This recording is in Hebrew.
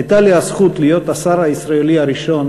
הייתה לי הזכות להיות השר הישראלי הראשון